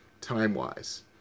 time-wise